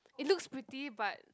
it looks pretty but